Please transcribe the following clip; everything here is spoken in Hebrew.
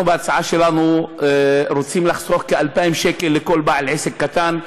בהצעה שלנו אנחנו רוצים לחסוך כ-2,000 שקל לכל בעל עסק קטן.